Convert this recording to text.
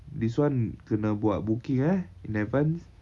this one kena buat booking eh in advance